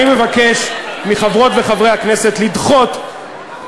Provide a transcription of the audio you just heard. אני מבקש מחברות וחברי הכנסת לדחות,